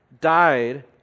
died